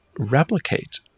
replicate